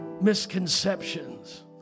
misconceptions